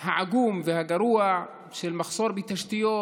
העגום והגרוע של מחסור בתשתיות,